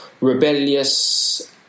Rebellious